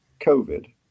covid